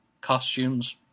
costumes